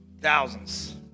thousands